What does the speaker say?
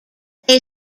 they